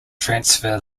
transfer